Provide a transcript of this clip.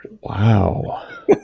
Wow